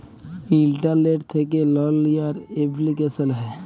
ইলটারলেট্ থ্যাকে লল লিয়ার এপলিকেশল হ্যয়